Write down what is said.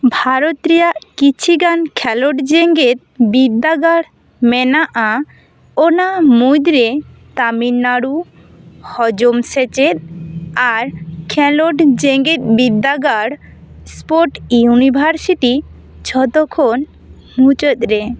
ᱵᱷᱟᱨᱚᱛ ᱨᱮᱭᱟᱜ ᱠᱤᱪᱷᱩ ᱜᱟᱱ ᱠᱷᱮᱞᱳᱰ ᱡᱮᱜᱮᱫ ᱵᱤᱫᱽᱫᱟᱜᱟᱲ ᱢᱮᱱᱟᱜᱼᱟ ᱚᱱᱟ ᱢᱩᱫᱽᱨᱮ ᱛᱟᱢᱤᱞᱱᱟᱲᱩ ᱦᱚᱡᱚᱢ ᱥᱮᱪᱮᱫ ᱟᱨ ᱠᱷᱮᱞᱳᱰ ᱡᱮᱜᱮᱫ ᱵᱤᱫᱽᱫᱟᱜᱟᱲ ᱥᱯᱳᱴᱥ ᱤᱭᱩᱱᱤᱵᱷᱟᱨᱥᱤᱴᱤ ᱡᱷᱚᱛᱚ ᱠᱷᱚᱱ ᱢᱩᱪᱟᱹᱫᱽ ᱨᱮ